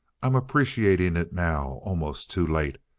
i'm appreciating it now almost too late.